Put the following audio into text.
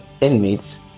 inmates